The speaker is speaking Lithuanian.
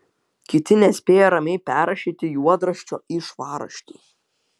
kiti nespėja ramiai perrašyti juodraščio į švarraštį